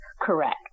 Correct